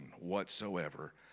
whatsoever